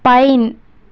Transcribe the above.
pine